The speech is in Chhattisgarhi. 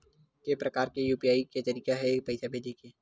के प्रकार के यू.पी.आई के तरीका हे पईसा भेजे के?